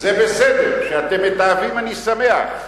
זה בסדר, שאתם מתעבים אני שמח,